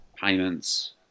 payments